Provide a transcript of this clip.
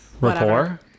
rapport